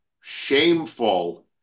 shameful